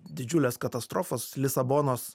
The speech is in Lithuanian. didžiulės katastrofos lisabonos